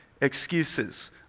excuses